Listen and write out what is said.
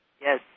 Yes